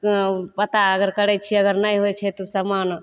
पता अगर करै छिए अगर नहि होइ छै तऽ ओ समान